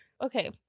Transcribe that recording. Okay